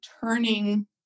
turning